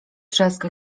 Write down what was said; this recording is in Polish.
trzask